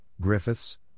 Griffiths